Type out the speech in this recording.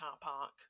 park